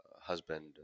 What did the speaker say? husband